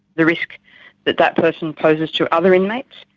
the risk that that person poses to other inmates,